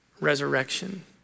resurrection